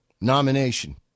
Nomination